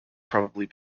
probably